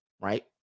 right